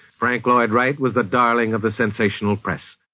frank lloyd wright was the darling of a sensational press.